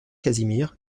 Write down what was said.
casimir